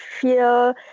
feel